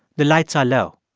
the lights are low.